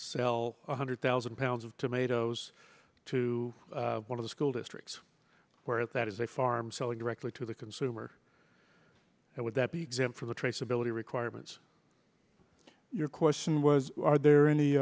sell one hundred thousand pounds of tomatoes to one of the school districts where that is a farm selling directly to the consumer and would that be exempt from the traceability requirements your question was are there